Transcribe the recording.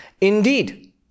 Indeed